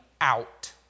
out